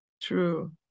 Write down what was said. true